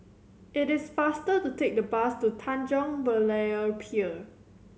it is faster to take the bus to Tanjong Berlayer Pier